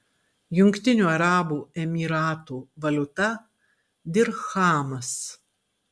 jungtinių arabų emyratų valiuta dirchamas